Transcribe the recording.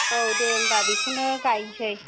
औ दे होनबा बेखौनो गायसै